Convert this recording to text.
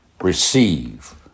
Receive